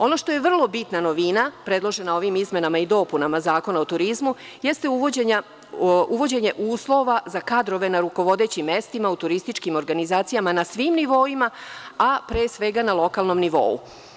Ono što je vrlo bitna novina predložena ovim izmenama i dopunama Zakona o turizmu, jeste uvođenje uslova za kadrove na rukovodećim mestima u turističkim organizacijama na svim nivoima, a pre svega na lokalnom nivou.